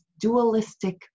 dualistic